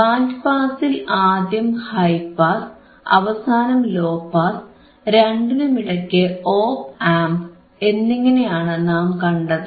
band പാസിൽ ആദ്യം high pass അവസാനം ലോ പാസ് രണ്ടിനുമിടയ്ക്ക് ഓപ് ആംപ് എന്നിങ്ങനെയാണ് നാം കണ്ടത്